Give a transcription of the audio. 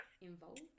involved